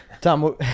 Tom